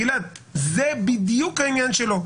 גלעד, זה בדיוק העניין שלא.